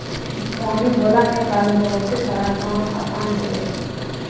पानी होला के कारण बहुते सारा काम आसान होय जाय छै